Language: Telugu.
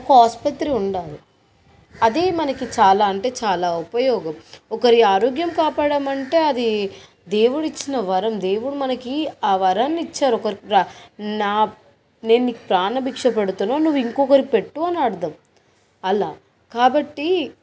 ఒక ఆసుపత్రి ఉండాలి అదే మనకి చాలా అంటే చాలా ఉపయోగం ఒకరు ఆరోగ్యం కాపాడామంటే అది దేవుడిచ్చిన వరం దేవుడు మనకి ఆ వరాన్ని ఇచ్చాడు ఇంకొకరు ప్రాణాలు నా నేను నీకు ప్రాణభిక్ష పెడుతున్న నువ్వు ఇంకొకరికి పెట్టు అని అర్థం అలా కాబట్టి